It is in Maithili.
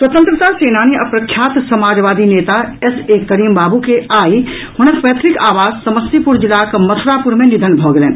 स्वतंत्रता सेनानी आ प्रख्यात समाजवादी नेता एस ए करीम बाबू के आई हुनक पैतृक आवास समस्तीपुर जिलाक मथुरापुर मे निधन भऽ गेलनि